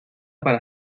para